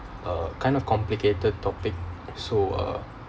uh kind of complicated topic so uh